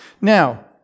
Now